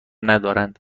ندارند